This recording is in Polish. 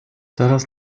teraz